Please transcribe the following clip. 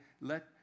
let